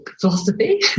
philosophy